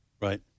Right